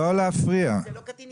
אבל זה לא קטין נזקק.